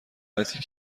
غلطیه